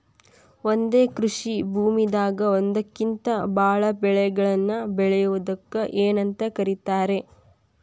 ಒಂದೇ ಕೃಷಿ ಭೂಮಿದಾಗ ಒಂದಕ್ಕಿಂತ ಭಾಳ ಬೆಳೆಗಳನ್ನ ಬೆಳೆಯುವುದಕ್ಕ ಏನಂತ ಕರಿತಾರೇ?